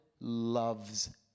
loves